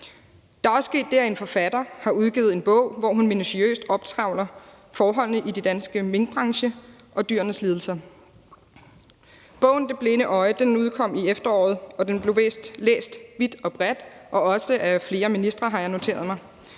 Der også sket det, at en forfatter har udgivet en bog, hvor hun minutiøst optrævler forholdene i den danske minkbranche og dyrenes lidelser. Bogen »Det blinde øje« udkom i efteråret og blev læst vidt og bredt og også af flere ministre, har jeg noteret mig.